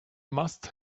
must